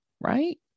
right